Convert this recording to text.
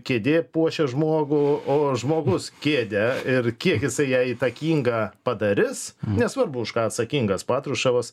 kėdė puošia žmogų o žmogus kėdę ir kiek jisai ją įtakingą padarys nesvarbu už ką atsakingas patruševas